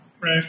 Right